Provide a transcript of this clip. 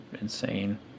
insane